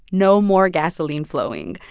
no more gasoline flowing.